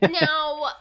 now